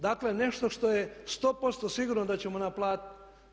Dakle, nešto što je 100% sigurno da ćemo naplatiti.